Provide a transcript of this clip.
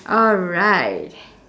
alright